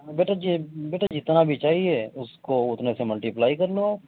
بیٹا یہ بیٹا جتنا بھی چاہیے اُس کو اتنے سے ملٹی پلائی کر لو